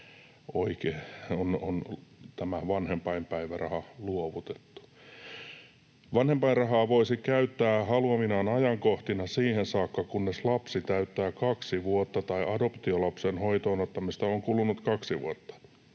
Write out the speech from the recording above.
vanhempainpäiväraha on luovutettu. ”Vanhempainrahaa voisi käyttää haluaminaan ajankohtina siihen saakka, kunnes lapsi täyttää kaksi vuotta tai adoptiolapsen hoitoon ottamisesta on kulunut kaksi vuotta.